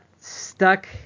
stuck